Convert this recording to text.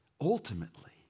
ultimately